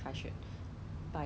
你要搬去哪里